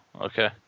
Okay